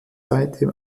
seitdem